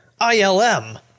ILM